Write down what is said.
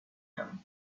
him